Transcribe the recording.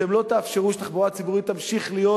שאתם לא תאפשרו שהתחבורה הציבורית תמשיך להיות,